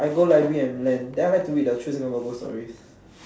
I go library and lend then I like to read the true Singapore ghost stories